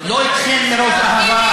לא אתכם מרוב אהבה.